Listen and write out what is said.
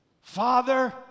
Father